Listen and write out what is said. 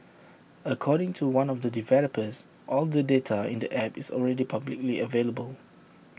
according to one of the developers all the data in the app is already publicly available